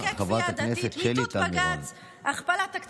חברת הכנסת שלי טל מירון.